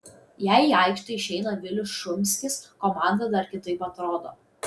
jei į aikštę išeina vilius šumskis komanda dar kitaip atrodo